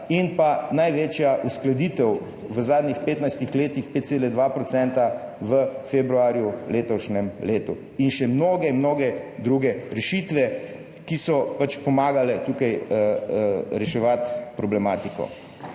4,5 %, največja uskladitev v zadnjih 15 letih – 5,2 % februarja letošnjega leta in še mnoge, mnoge druge rešitve, ki so tukaj pomagale reševati problematiko.